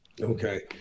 Okay